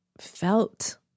felt